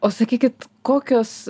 o sakykit kokios